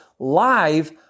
live